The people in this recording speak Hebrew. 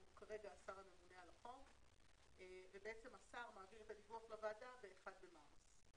שהוא כרגע השר הממונה על החוק והשר מעביר את הדיווח לוועדה ב-1 למארס.